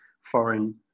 foreign